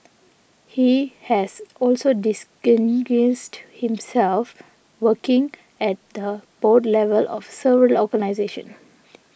he has also himself working at the board level of several organisations